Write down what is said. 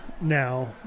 now